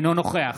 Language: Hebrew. אינו נוכח